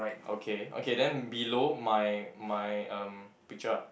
okay okay then below my my um picture ah